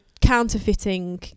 counterfeiting